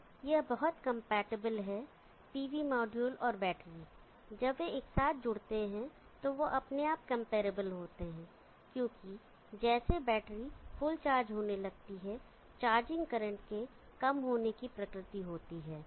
तो यह बहुत कंपैटिबल है pv मॉड्यूल और बैटरी जब वे एक साथ जुड़ते हैं तो वे अपने आप कंपयरेबल होते हैं क्योंकि जैसे बैटरी फुल चार्ज होने लगती है चार्जिंग करंट के कम होने के की प्रकृति होती है